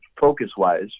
focus-wise